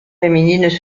féminines